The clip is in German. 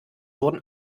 wurden